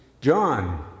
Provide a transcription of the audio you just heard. John